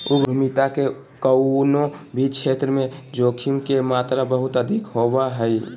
उद्यमिता के कउनो भी क्षेत्र मे जोखिम के मात्रा बहुत अधिक होवो हय